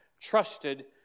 trusted